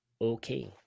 Okay